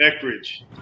Eckridge